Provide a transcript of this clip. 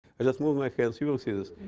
i just move my hands, you will see this,